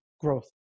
growth